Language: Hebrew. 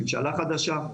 ממשלה חדשה,